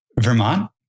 vermont